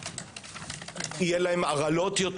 יהיו להם הרעלות,